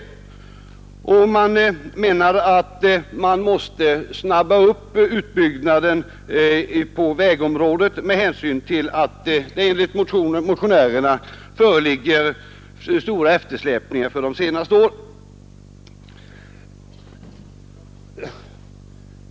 Motionärerna menar att man måste påskynda utbyggnaden på vägområdet med hänsyn till att det enligt deras uppfattning uppstått stora eftersläpningar under de senaste åren.